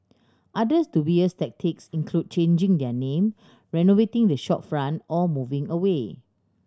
others dubious tactics included changing their name renovating the shopfront or moving away